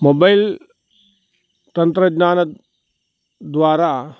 mobile तन्त्रज्ञानद्वारा